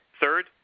Third